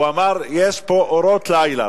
הוא אמר: יש פה אורות לילה.